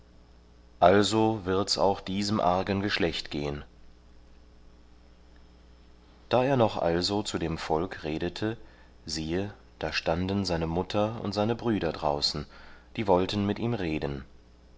also wird's auch diesem argen geschlecht gehen da er noch also zu dem volk redete siehe da standen seine mutter und seine brüder draußen die wollten mit ihm reden